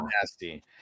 nasty